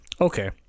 Okay